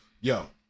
Yo